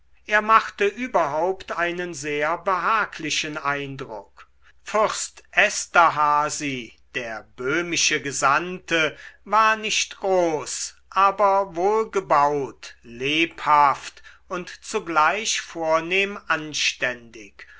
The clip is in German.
er machte überhaupt einen sehr behaglichen eindruck fürst esterhazy der böhmische gesandte war nicht groß aber wohlgebaut lebhaft und zugleich vornehm anständig